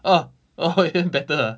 ah oh even better ah